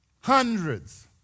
Hundreds